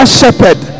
shepherd